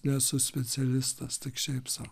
nesu specialistas tik šiaip sau